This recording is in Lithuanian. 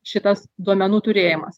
šitas duomenų turėjimas